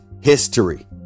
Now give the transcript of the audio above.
history